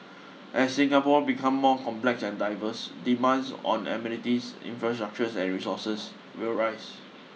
as Singapore become more complex and diverse demands on amenities infrastructures and resources will rise